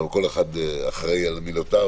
אבל כל אחד אחראי על מילותיו,